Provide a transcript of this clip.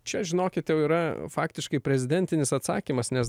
čia žinokit jau yra faktiškai prezidentinis atsakymas nes